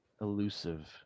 elusive